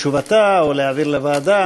בתשובתה או להעביר לוועדה?